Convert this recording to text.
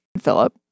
Philip